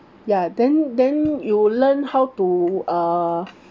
ya then then you'll learn how to uh